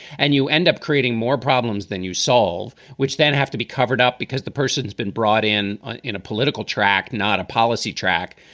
and you end up creating more problems than you solve, which then have to be covered up because the person has been brought in ah in a political track, not a policy track.